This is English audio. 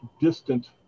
distant